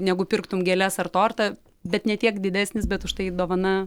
negu pirktum gėles ar tortą bet ne tiek didesnis bet užtai dovana